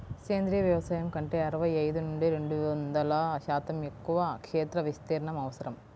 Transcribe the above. సేంద్రీయ వ్యవసాయం కంటే అరవై ఐదు నుండి రెండు వందల శాతం ఎక్కువ క్షేత్ర విస్తీర్ణం అవసరం